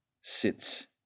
sits